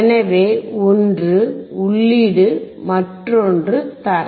எனவே ஒன்று உள்ளீடு மற்றொன்று தரை